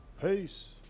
Peace